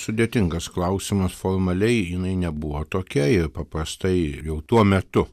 sudėtingas klausimas formaliai jinai nebuvo tokia ji paprastai jau tuo metu